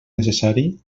necessari